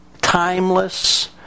timeless